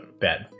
bad